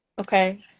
okay